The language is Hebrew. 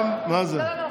לא, לא.